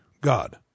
god